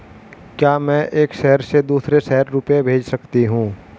क्या मैं एक शहर से दूसरे शहर रुपये भेज सकती हूँ?